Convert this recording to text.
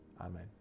Amen